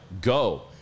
go